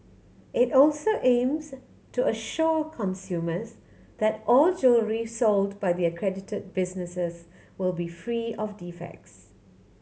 it also aims to assure consumers that all jewellery sold by the accredited businesses will be free of defects